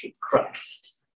Christ